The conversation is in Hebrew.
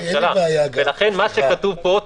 לכן מה שכתוב פה,